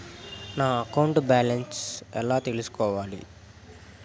నా account balance ఎలా తెల్సుకోవాలి